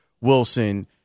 Wilson